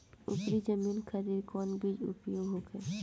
उपरी जमीन खातिर कौन बीज उपयोग होखे?